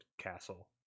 Castle